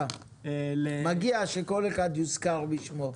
מגיע שכל אחד יוזכר בשמו.